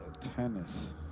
tennis